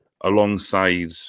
alongside